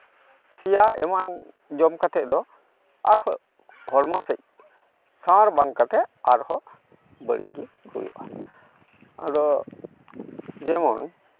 ᱥᱮᱭᱟ ᱮᱢᱟᱱ ᱡᱚᱢ ᱠᱟᱛᱮ ᱫᱚ ᱟᱨᱦᱚᱸ ᱦᱚᱲᱢᱚ ᱥᱮᱡ ᱥᱟᱶᱟᱨ ᱵᱟᱝ ᱠᱟᱛᱮ ᱟᱨᱦᱚᱸ ᱵᱟᱹᱲᱤᱡ ᱜᱮ ᱦᱩᱭᱩᱜᱼᱟ ᱟᱫᱚ ᱡᱮᱢᱚᱱ